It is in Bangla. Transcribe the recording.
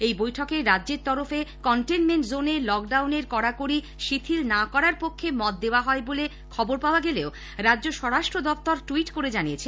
এই বৈঠকে রাজ্যের তরফে কনটেনমেন্ট জোনে লকডাউন এর কড়াকড়ি শিথিল না করার পক্ষে মত দেওয়া হয় বলে খবর পাওয়া গেলেও রাজ্য স্বরাষ্ট্র দফতর ট্যুইট করে জানিয়েছে